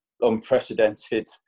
unprecedented